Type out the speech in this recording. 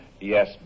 Yes